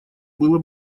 было